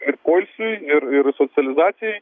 ir poilsiui ir ir socializacijai